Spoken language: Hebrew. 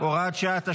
(הוראת שעה),